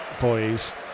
boys